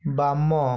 ବାମ